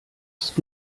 ist